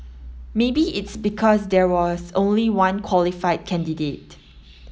maybe it's because there was only one qualified candidate